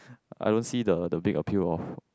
I don't see the the big appeal of